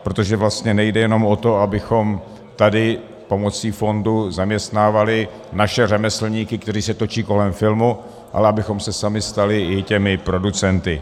Protože vlastně nejde jenom o to, abychom tady pomocí fondu zaměstnávali naše řemeslníky, kteří se točí kolem filmu, ale abychom se sami stali i těmi producenty.